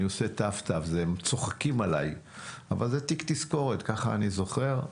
אני עושה ת"ת, זה תיק תזכורת, ככה אני זוכר.